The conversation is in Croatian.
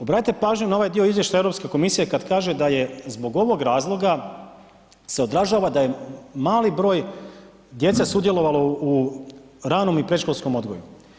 Obratite pažnju na ovaj dio izvještaja Europske komisije kad kaže da je zbog ovog razloga se odražava da je mali broj djece sudjelovalo u ranom i predškolskom odgoju.